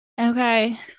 okay